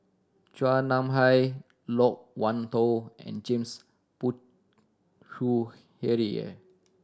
Chua Nam Hai Loke Wan Tho and James Puthucheary